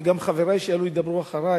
וגם חברי שיעלו וידברו אחרי,